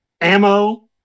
ammo